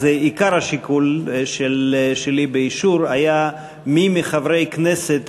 עיקר השיקול שלי באישור היה מי מחברי הכנסת